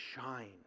shine